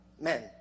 men